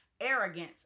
Arrogance